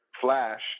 Flash